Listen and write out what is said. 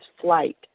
flight